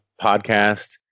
podcast